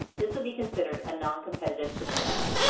this would be considered a noncompetitive procurement.